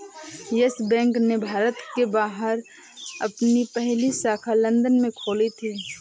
yes Bank ने भारत के बाहर अपनी पहली शाखा लंदन में खोली थी